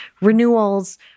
renewals